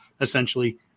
essentially